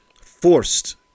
forced